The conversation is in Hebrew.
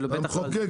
המחוקק.